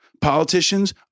Politicians